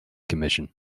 commission